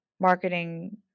marketing